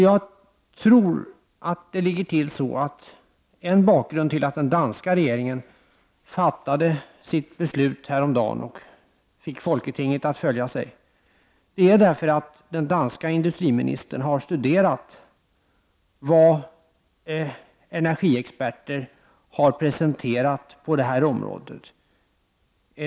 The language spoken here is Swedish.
Jag tror att en bakgrund till att den danska regeringen fattade sitt beslut häromdagen och fick folketinget att följa det är att den danske industriministern har studerat vad energiexperter har presenterat på detta område.